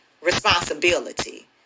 responsibility